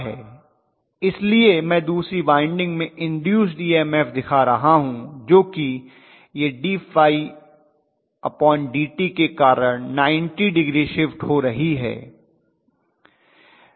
इसलिए मैं दूसरी वाइंडिंग में इन्दूस्ड ईएमएफ दिखा रहा हूं जो कि यह d∅dt के कारण 90 डिग्री शिफ्ट हो रही है